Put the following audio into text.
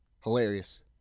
Hilarious